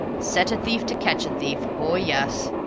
set a thief to ketch a thief ho, yuss.